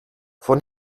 von